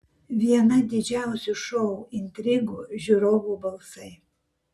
viena didžiausių šou intrigų žiūrovų balsai